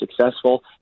successful